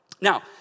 Now